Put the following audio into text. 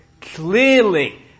clearly